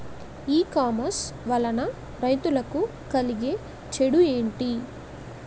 ఈ కామర్స్ వలన రైతులకి కలిగే చెడు ఎంటి?